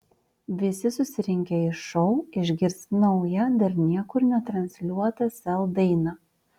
visi susirinkę į šou išgirs naują dar niekur netransliuotą sel dainą